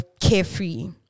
carefree